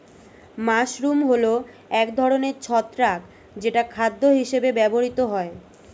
mushroom হল এক ধরনের ছত্রাক যেটা খাদ্য হিসেবে ব্যবহৃত হয়